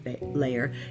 layer